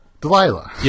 Delilah